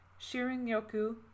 Shirin-yoku